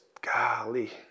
golly